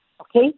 Okay